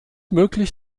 möglich